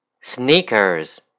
sneakers